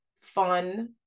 fun